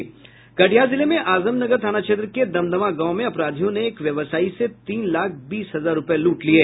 कटिहार जिले में आजमनगर थाना क्षेत्र के दमदमा गांव में अपराधियों ने एक व्यवसायी से तीन लाख बीस हजार रुपये लूट लिये